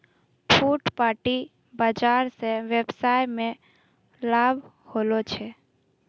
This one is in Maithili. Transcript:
फुटपाटी बाजार स वेवसाय मे लाभ होलो छै